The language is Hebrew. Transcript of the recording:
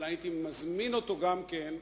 אבל הייתי מזמין אותו גם כן,